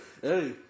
Hey